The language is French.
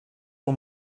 sur